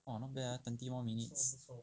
!wah! not bad ah twenty more minutes